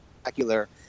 spectacular